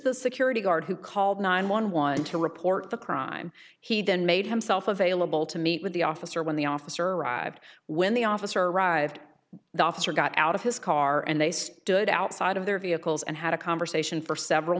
the security guard who called nine one one to report the crime he then made himself available to meet with the officer when the officer arrived when the officer arrived the officer got out of his car and they stood outside of their vehicles and had a conversation for several